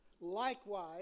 Likewise